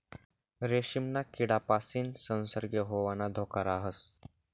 रेशीमना किडापासीन संसर्ग होवाना धोका राहस